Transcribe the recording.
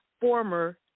former